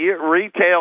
Retail